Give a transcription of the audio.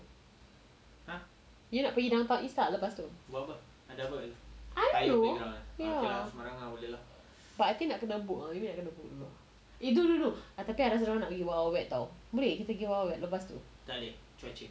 nak pergi downtown east tak lepas tu I don't know ya but I think nak kena book ah you know nak kena book you know eh no no no tapi I rasa dia orang nak pergi wild wild wet [tau] boleh kita pergi wild wild wet lepas tu